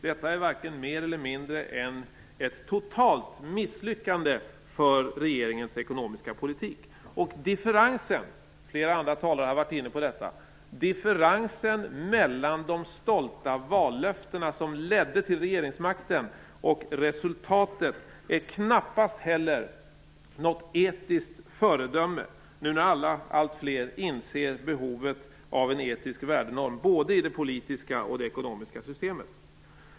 Detta är varken mer eller mindre än ett totalt misslyckande för regeringens ekonomiska politik. Differensen - flera andra talare har varit inne på detta - mellan de stolta vallöftena som ledde till regeringsmakten och resultatet är knappast heller något etiskt föredöme, nu när allt fler inser behovet av en etisk värdenorm både i det politiska och i det ekonomiska systemet.